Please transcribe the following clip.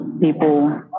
people